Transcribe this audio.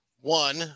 one